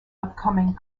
upcoming